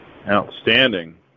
Outstanding